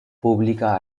pública